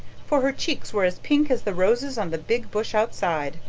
for her cheeks were as pink as the roses on the big bush outside,